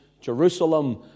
Jerusalem